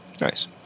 Nice